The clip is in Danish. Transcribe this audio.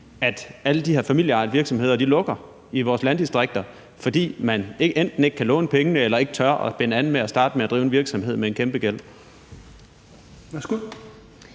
de her familieejede virksomheder lukker i vores landdistrikter, fordi man enten ikke kan låne pengene eller ikke tør at binde an med at drive en virksomhed med en kæmpe gæld.